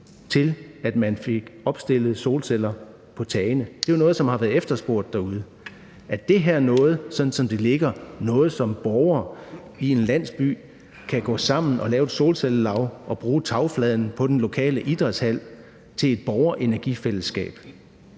til at få opstillet solceller på tagene. Det er jo noget, der har været efterspurgt derude. Er det her noget, sådan som det ligger, som borgere i en landsby kan gå sammen om for at lave et solcellelav og bruge tagfladen på den lokale idrætshal til et borgerenergifællesskab?